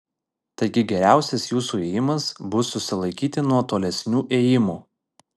taigi geriausias jūsų ėjimas bus susilaikyti nuo tolesnių ėjimų